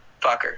fucker